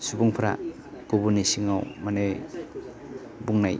सुबुंफ्रा गुबुननि सिङाव माने बुंनाय